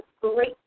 great